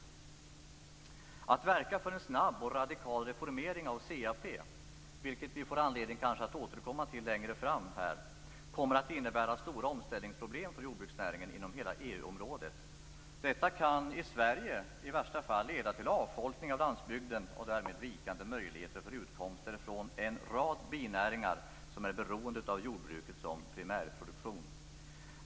Att verka för en snabb och radikal reformering av CAP, vilket vi här kanske får anledning till att återkomma till längre fram, kommer att innebära stora omställningsproblem för jordbruksnäringen inom hela EU-området. Detta kan i Sverige i värsta fall leda till avfolkning av landsbygden och därmed vikande möjligheter för utkomst från en rad binäringar som är beroende av jordbruket som primärproduktion.